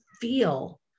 feel